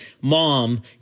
mom